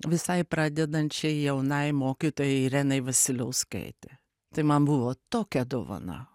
visai pradedančiai jaunai mokytojai irenai vasiliauskaitė tai man buvo tokia dovana